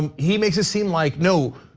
and he makes it seem like no,